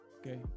Okay